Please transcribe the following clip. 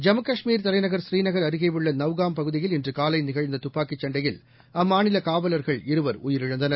ஜம்முகாஷ்மீர் தலைநகர் ஸ்ரீநகர் அருகேயுள்ளநவ்காம் பகுதியில் இன்றுகாலைநிகழ்ந்ததுப்பாக்கிச் சண்டையில் அம்மாநிலகாவலர்கள் இருவர் உயிரிழந்தனர்